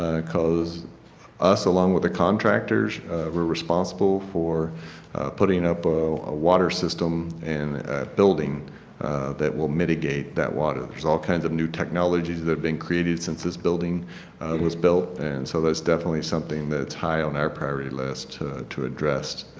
ah because us along with the contractors, we are responsible for putting up a ah water system and a building that will mitigate that water. there is all kinds of new technologies that has been created since this building was built and so that is definitely something that is high on the party list to address.